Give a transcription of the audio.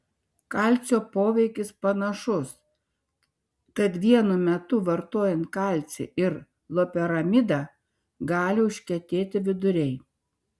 kalcio poveikis panašus tad vienu metu vartojant kalcį ir loperamidą gali užkietėti viduriai